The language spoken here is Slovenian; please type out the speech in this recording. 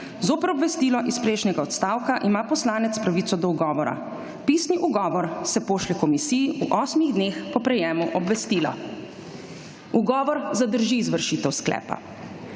Zoper obvestilo iz prejšnjega odstavka ima poslanec pravico do ugovora. Pisni ugovor se pošlje komisiji v osmih dneh po prejemu obvestila. Ugovor zadrži izvršitev sklepa.